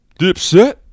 Dipset